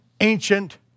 ancient